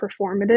performative